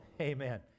Amen